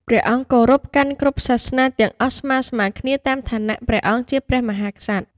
ព្រះអង្គគោរពកាន់គ្រប់សាសនាទាំងអស់ស្មើៗគ្នាតាមឋានៈព្រះអង្គជាព្រះមហាក្សត្រ ។